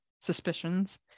suspicions